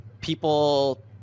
people